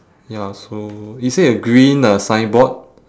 ya so is it a green uh signboard